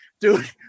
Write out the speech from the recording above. Dude